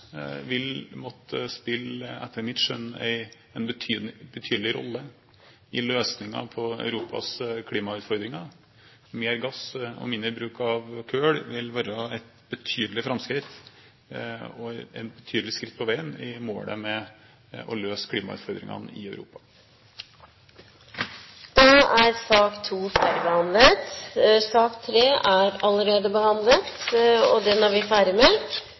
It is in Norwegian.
etter mitt skjønn vil måtte spille en betydelig rolle i løsningen på Europas klimautfordringer. Mer gass og mindre bruk av kull vil være et betydelig framskritt og et betydelig skritt på veien mot målet om å løse klimautfordringene i Europa. Dermed er sak nr. 2 ferdigbehandlet. Sak nr. 3 er allerede behandlet.